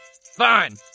Fine